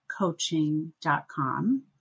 coaching.com